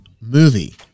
movie